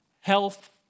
health